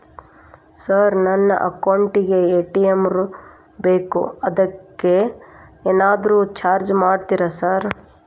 Sir ನನ್ನ account ಗೇ ATM ಬೇಕು ಅದಕ್ಕ ಏನಾದ್ರು ಚಾರ್ಜ್ ಮಾಡ್ತೇರಾ ಸರ್?